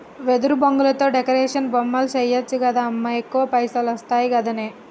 వెదురు బొంగులతో డెకరేషన్ బొమ్మలు చేయచ్చు గదా అమ్మా ఎక్కువ పైసలొస్తయి గదనే